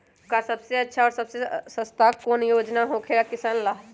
आ सबसे अच्छा और सबसे सस्ता कौन योजना होखेला किसान ला?